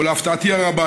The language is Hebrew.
ולהפתעתי הרבה,